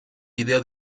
vídeo